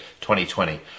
2020